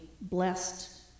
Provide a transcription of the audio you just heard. Blessed